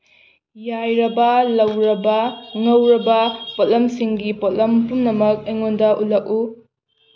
ꯌꯥꯏꯔꯕ ꯂꯧꯔꯕ ꯉꯧꯔꯕ ꯄꯣꯠꯂꯝꯁꯤꯡꯒꯤ ꯄꯣꯠꯂꯝ ꯄꯨꯝꯅꯃꯛ ꯑꯩꯉꯣꯟꯗ ꯎꯠꯂꯛꯎ